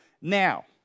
now